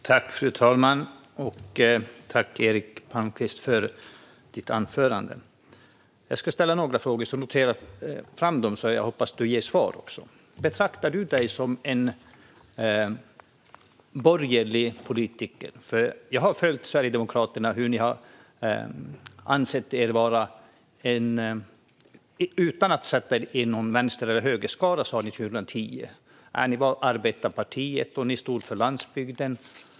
Fru talman! Tack för ditt anförande, Eric Palmqvist! Jag ska ställa några frågor. Notera dem! Jag hoppas att du ska ge svar också. Betraktar du dig som en borgerlig politiker? Jag har följt hur ni sverigedemokrater har svängt 180 grader. År 2010 sa ni att ni, utan att sätta er på en höger eller vänsterskala, var arbetarpartiet som stod upp för landsbygden.